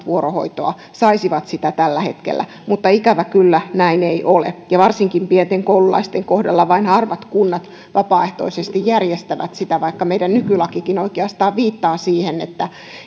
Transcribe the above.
vuorohoitoa saisivat sitä tällä hetkellä mutta ikävä kyllä näin ei ole varsinkin pienten koululaisten kohdalla vain harvat kunnat vapaaehtoisesti järjestävät sitä vaikka meidän nykylakimmekin oikeastaan viittaa siihen että